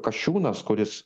kasčiūnas kuris